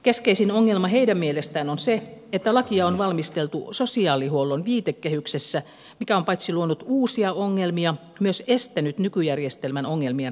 keskeisin ongelma heidän mielestään on se että lakia on valmisteltu sosiaalihuollon viitekehyksessä mikä on paitsi luonut uusia ongelmia myös estänyt nykyjärjestelmän ongelmien ratkaisemisen